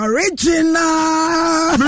Original